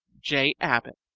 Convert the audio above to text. j. abbott